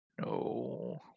No